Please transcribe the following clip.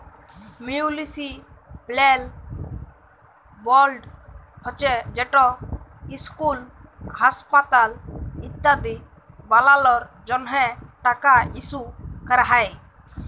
municipal board হছে যেট school, হাঁসপাতাল ইত্যাদি বালালর জ্যনহে টাকা ইস্যু ক্যরা হ্যয়